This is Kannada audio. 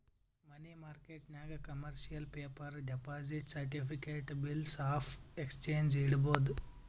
ಮನಿ ಮಾರ್ಕೆಟ್ನಾಗ್ commercial paper, deposit certificate, bills of exchange ಇಡ್ಬೋದ್